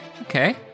okay